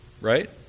right